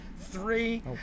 three